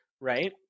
right